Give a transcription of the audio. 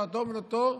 תורתו אמנותו,